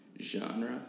genre